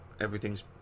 everything's